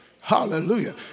Hallelujah